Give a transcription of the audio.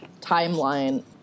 timeline